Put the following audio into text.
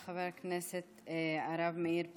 תודה רבה, חבר הכנסת הרב מאיר פרוש.